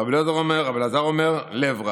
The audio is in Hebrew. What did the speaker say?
רבי אלעזר אומר: לב רע".